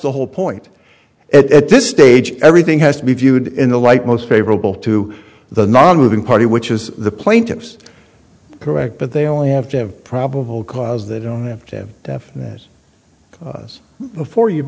the whole point at this stage everything has to be viewed in the light most favorable to the nonmoving party which is the plaintiffs correct but they only have to have probable cause they don't have to